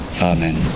Amen